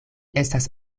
estas